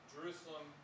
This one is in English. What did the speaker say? Jerusalem